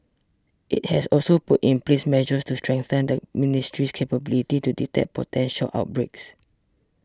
it has also put in place measures to strengthen the ministry's capability to detect potential outbreaks